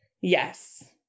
Yes